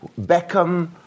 Beckham